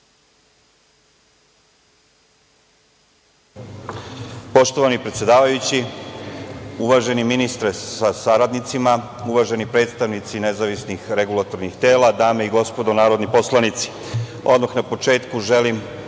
Poštovani predsedavajući, uvaženi ministre sa saradnicima, uvaženi predstavnici nezavisnih regulatornih tela, dame i gospodo narodni poslanici, odmah na početku želim